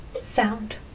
sound